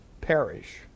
perish